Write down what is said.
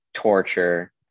torture